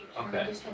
Okay